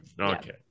Okay